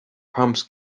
pumps